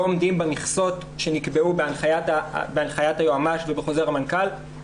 עומדים במכסות שנקבעו בהנחיית היועמ"ש ובחוזר המנכ"ל,